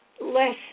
less